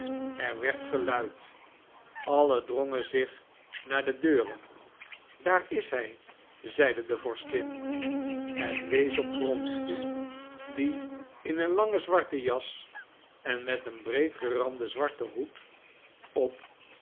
er werd geluid allen drongen zich naar de deuren daar is hij zeide de vorstin en wees op wronsky die in een langen zwarten jas en met een breedgeranden zwarten hoed op